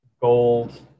gold